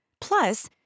Plus